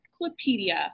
encyclopedia